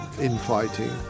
infighting